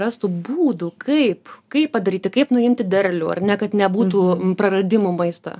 rastų būdų kaip kaip padaryti kaip nuimti derlių ar ne kad nebūtų praradimų maisto